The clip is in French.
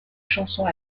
chansons